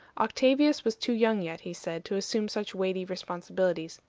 octavius was too young yet, he said, to assume such weighty responsibilities.